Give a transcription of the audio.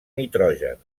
nitrogen